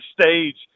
stage